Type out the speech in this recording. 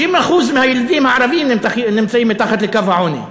60% מהילדים הערבים נמצאים מתחת לקו העוני.